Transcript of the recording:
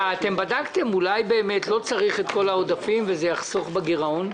אתם בדקתם אם אולי באמת לא צריך את כל העודפים ואפשר לחסוך בגירעון?